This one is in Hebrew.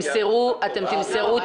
(הוראת